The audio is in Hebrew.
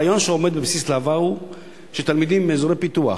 הרעיון שעומד בבסיס להב"ה הוא שתלמידים מאזורי פיתוח